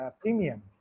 premium